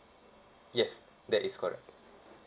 yes that is correct